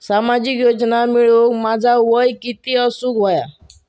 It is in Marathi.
सामाजिक योजना मिळवूक माझा वय किती असूक व्हया?